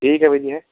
ਠੀਕ ਹੈ ਬਾਈ ਜੀ ਹੈਂ